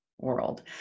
world